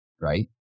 right